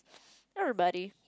everybody